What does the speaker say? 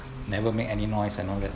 never make any noise and all that